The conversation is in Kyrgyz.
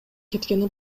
кеткени